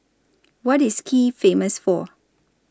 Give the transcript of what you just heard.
What IS Kiev Famous For